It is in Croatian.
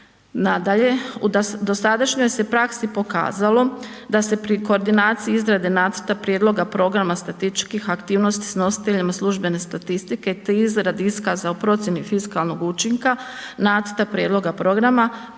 Nadalje, u dosadašnjoj se praksi pokazalo da se pri koordinaciji izrade nacrta prijedloga programa statističkih aktivnosti s nositeljima službene statistike te izradi iskaza o procjeni fiskalnog učinka nacrta prijedloga programa